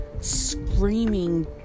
screaming